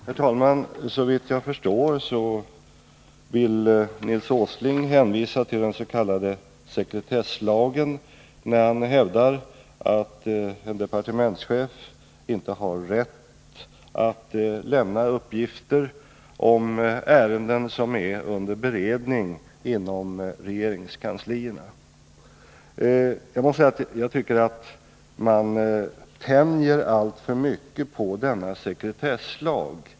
Herr talman! Såvitt jag förstår vill Nils Åsling hänvisa till den s.k. sekretesslagen, när han hävdar att en departementschef inte har rätt att lämna uppgifter om ärenden som är under beredning inom regeringskanslierna. Jag tycker att man tänjer alltför mycket på denna sekretesslag.